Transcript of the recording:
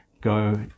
go